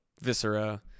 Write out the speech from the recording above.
viscera